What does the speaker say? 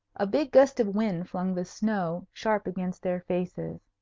a big gust of wind flung the snow sharp against their faces.